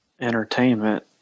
Entertainment